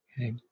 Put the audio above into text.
Okay